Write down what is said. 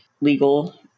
legal